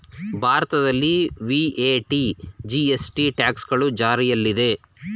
ಭಾರತದಲ್ಲಿ VAT, GST, tracks ಗಳು ಜಾರಿಯಲ್ಲಿದೆ